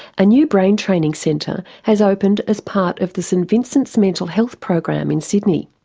a new brain training centre has opened as part of the st vincent's mental health program in sydney.